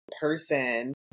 person